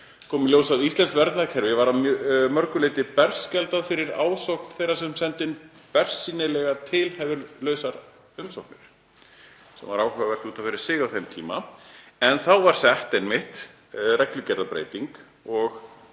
kom í ljós að íslenskt verndarkerfi var að mörgu leyti berskjaldað fyrir ásókn þeirra sem sendu inn bersýnilega tilhæfulausar umsóknir …“ sem var áhugavert út af fyrir sig á þeim tíma en þá var gerð einmitt reglugerðarbreyting og